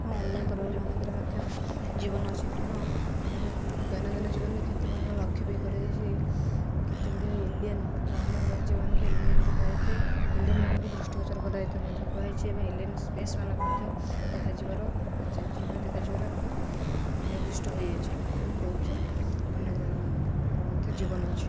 ହଁ ଅନ୍ୟ ଗ୍ରହମାନଙ୍କରେ ମଧ୍ୟ ଜୀବନ ଅଛି କାରଣ ଆମର ଦୈନନ୍ଦିନ ଜୀବନରେ କେତେ ଲକ୍ଷ୍ୟ ବି କରାଯାଇଛି କେତେ ଗୁଡ଼ିଏ ଏଲିଏନ ବା ଅନ୍ୟ ଗ୍ରହରେ ଯେଉଁମାନଙ୍କୁ ଏଲିଏନ ମଧ୍ୟ କୁହାଯାଇଥାଏ ଏଲିଅନମାନଙ୍କୁ ଦୃଷ୍ଟିଗୋଚର କରାଯାଇଥାଏ ମଧ୍ୟ କୁହାଯାଇଛି ଏବଂ ଏଲିଏନ ସ୍ପେସ୍ ମାନଙ୍କୁ ମଧ୍ୟ ଦେଖାଯିବାର ବା ଚିହ୍ନ ଦେଖାଯିବାର ଆମର ନିର୍ଦ୍ଦିଷ୍ଟ ହୋଇଅଛି ତେଣୁ କହୁଛି ଅନ୍ୟ ଗ୍ରହମାନଙ୍କର ମଧ୍ୟ ଜୀବନ ଅଛି